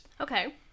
Okay